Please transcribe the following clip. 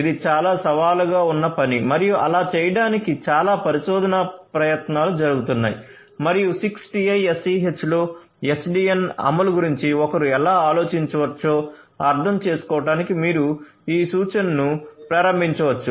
ఇది చాలా సవాలుగా ఉన్న పని మరియు అలా చేయడానికి చాలా పరిశోధన ప్రయత్నాలు జరుగుతున్నాయి మరియు 6TiSCH లో SDN అమలు గురించి ఒకరు ఎలా ఆలోచించవచ్చో అర్థం చేసుకోవడానికి మీరు ఈ సూచనను ప్రారంభించవచ్చు